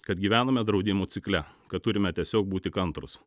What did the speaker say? kad gyvename draudimų cikle kad turime tiesiog būti kantrūs